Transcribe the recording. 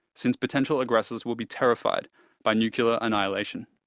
since potential aggressors will be terrified by nuclear annihilation.